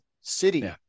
city